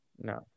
No